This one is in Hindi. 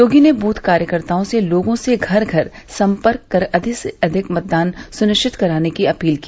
योगी ने दूथ कार्यकर्ताओं से लोगों से घर घर सम्पर्क कर अधिक से अधिक मतदान सुनिश्चित कराने की अपील की